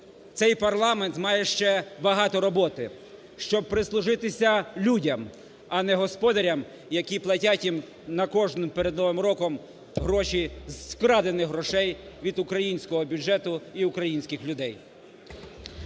Цей парламент має ще багато роботи, щоб прислужитися людям, а не господарям, які платять їм на кожний… перед новим роком гроші з вкрадених грошей від українського бюджету і українських людей.